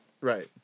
Right